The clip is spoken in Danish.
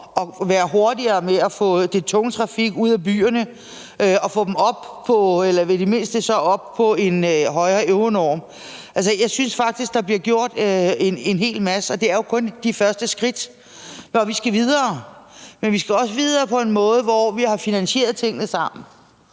at være hurtigere med at få den tunge trafik ud af byerne og i det mindste få køretøjerne op på en højere Euronorm. Altså, jeg synes faktisk, der bliver gjort en hel masse, og det er jo kun de første skridt, for vi skal videre. Men vi skal også videre på en måde, hvor vi har finansieret tingene sammen.